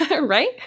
right